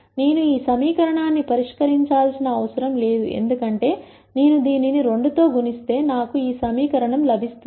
నేను ఈ సమీకరణాన్ని పరిష్కరించాల్సిన అవసరం లేదు ఎందుకంటే నేను దీనిని 2 తో గుణిస్తే నాకు ఈ సమీకరణం లభిస్తుంది